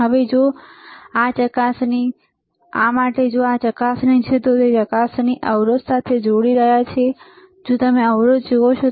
તો હવે જો આ માટે આ ચકાસણી છે તો તે આ ચકાસણીને અવરોધ સાથે જોડી રહ્યો છે જે તમે અવરોધ જુઓ છો